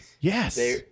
Yes